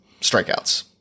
strikeouts